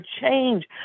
change